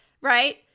right